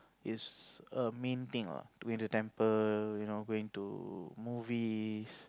it's a main thing lah going to temple you know going to movies